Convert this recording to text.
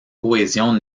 cohésion